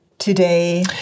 Today